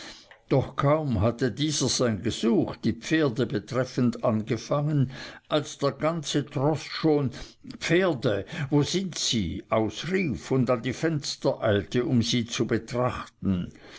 doch kaum hatte dieser sein gesuch die pferde betreffend angefangen als der ganze troß schon pferde wo sind sie ausrief und an die fenster eilte um sie zu betrachten